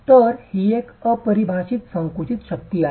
तर ही एक अपरिभाषित संकुचित शक्ती आहे